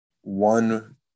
one